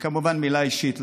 וכמובן מילה אישית,